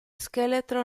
scheletro